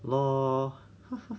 lor